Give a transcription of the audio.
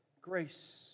grace